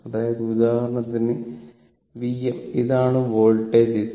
അതായത് ഉദാഹരണത്തിന് Vm ഇതാണ് വോൾട്ടേജ് z